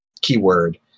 keyword